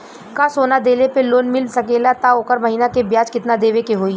का सोना देले पे लोन मिल सकेला त ओकर महीना के ब्याज कितनादेवे के होई?